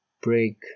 Break